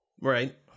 Right